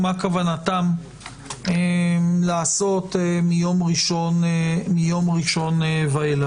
ומה כוונתם לעשות מיום ראשון ואילך.